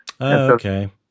Okay